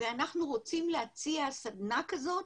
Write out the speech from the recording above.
אנחנו רוצים להציע סדנה כזאת.